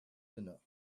dinner